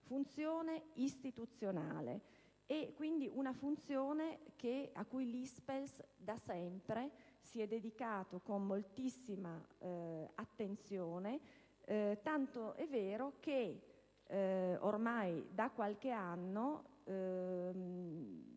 funzione istituzionale - dicevo - a cui l'ISPESL da sempre si è dedicato con moltissima attenzione, tanto è vero che ormai da qualche anno